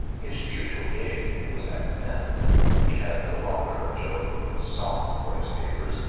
his usual gaiety was at an end he had no longer a joke or a song for his neighbours,